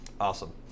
Awesome